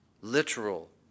literal